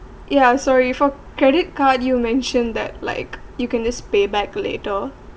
yeah sorry for credit card you mentioned that like you can just pay back later